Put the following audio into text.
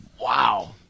Wow